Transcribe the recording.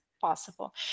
possible